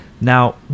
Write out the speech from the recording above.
Now